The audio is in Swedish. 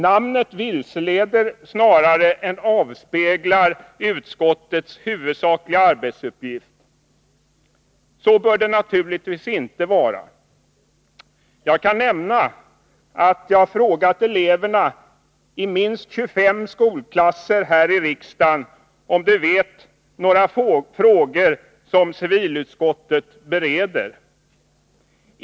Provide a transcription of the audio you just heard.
Namnet vilseleder snarare än avspeglar utskottets huvudsakliga arbetsuppgift. Så bör det naturligtvis inte vara. Jag kan nämna att jag frågat elever i minst 25 skolklasser i samband med deras studiebesök häri riksdagen om de vet vilka frågor civilutskottet bereder.